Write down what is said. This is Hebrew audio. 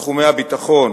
בתחומי הביטחון,